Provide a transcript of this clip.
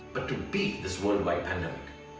but to beat this world like pandemic,